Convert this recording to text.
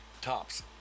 Tops